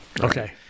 okay